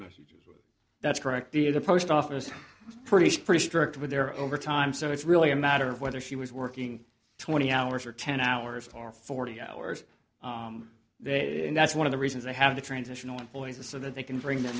messages that's correct the the post office is pretty pretty strict with their over time so it's really a matter of whether she was working twenty hours or ten hours or forty hours they that's one of the reasons they have the transitional employees the so that they can bring the